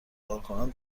کارکنان